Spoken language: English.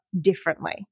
Differently